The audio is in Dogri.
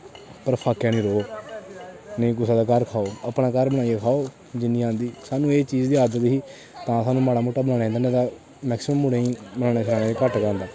पर फाकै नेईं रवो नेईं कुसै दे घर खाओ अपने घर मैगी बनाई खाओ जिन्नी आंदी सानूं एह् चीज अज्ज दी तां सानूं माड़ा मुट्टा बनाना आदां नेईं ते मैक्सीमम मुड़ें गी बनाना घट्ट गै आंदा